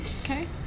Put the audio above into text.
Okay